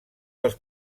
dels